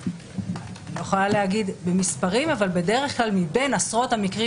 אני לא יכולה להגיד במספרים אבל מבין עשרות המקרים